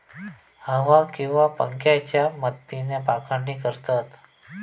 हवा किंवा पंख्याच्या मदतीन पाखडणी करतत